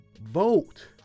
Vote